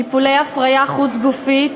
טיפולי הפריה חוץ-גופית,